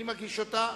מי מגיש אותה?